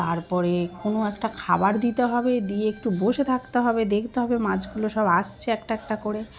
তারপরে কোনো একটা খাবার দিতে হবে দিয়ে একটু বসে থাকতে হবে দেখতে হবে মাছগুলো সব আসছে একটা একটা করে